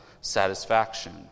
satisfaction